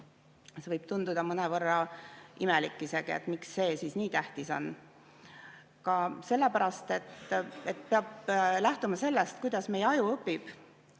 See võib tunduda mõnevõrra imelik isegi, miks see siis nii tähtis on. Aga sellepärast, et peab lähtuma sellest, kuidas meie aju õpib.